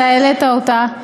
אתה העלית אותה.